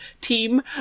team